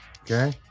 okay